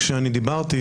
כשדיברתי,